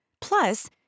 Plus